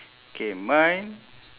K mine